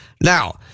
Now